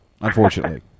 unfortunately